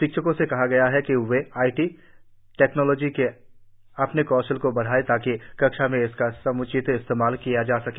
शिक्षकों से कहा गया है कि वे आईटी टेक्नोलॉजी के अपने कौशल को बढाये ताकि कक्षा में उसका सम्चित इस्तेमाल किया जा सके